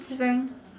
it's frank